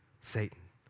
Satan